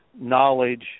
knowledge